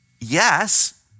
Yes